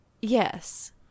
Yes